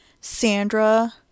Sandra